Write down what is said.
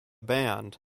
band